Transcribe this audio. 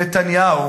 נתניהו